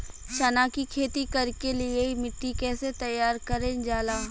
चना की खेती कर के लिए मिट्टी कैसे तैयार करें जाला?